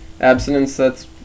Abstinence—that's